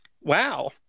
Wow